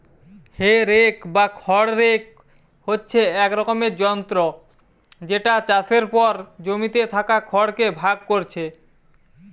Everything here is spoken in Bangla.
হে রেক বা খড় রেক হচ্ছে এক রকমের যন্ত্র যেটা চাষের পর জমিতে থাকা খড় কে ভাগ কোরছে